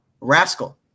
rascal